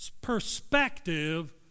perspective